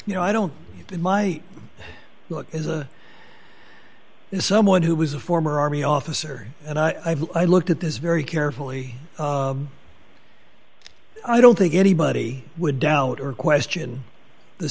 you know i don't in my look is a someone who was a former army officer and i looked at this very carefully i don't think anybody would doubt or question the